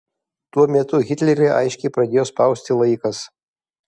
tuo metu hitlerį aiškiai pradėjo spausti laikas